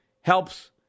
helps